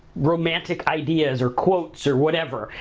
romantic ideas, or quotes, or whatever,